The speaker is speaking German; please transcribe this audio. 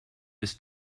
bis